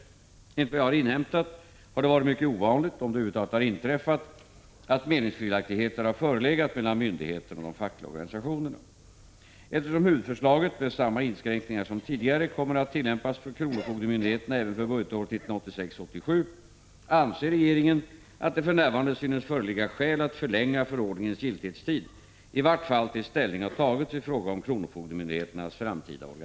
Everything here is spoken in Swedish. Enligt vad jag har inhämtat har det varit mycket ovanligt — om det över huvud taget har inträffat — att meningsskiljaktigheter har förelegat mellan myndigheten och kommer att tillämpas på kronofogdemyndigheterna även för budgetåret 1986/87 anser regeringen att det för närvarande synes föreligga skäl att förlänga förordningens giltighetstid — i vart fall tills ställning har tagits i fråga